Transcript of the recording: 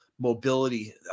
mobility